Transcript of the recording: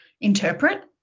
interpret